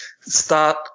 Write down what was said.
start